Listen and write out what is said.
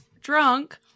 drunk